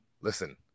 listen